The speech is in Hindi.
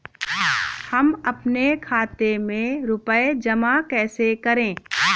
हम अपने खाते में रुपए जमा कैसे करें?